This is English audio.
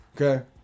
okay